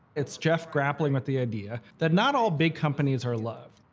it's jeff grappling with the idea that not all big companies are loved.